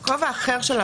כובע אחר שלו